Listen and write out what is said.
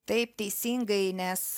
taip teisingai nes